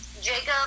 Jacob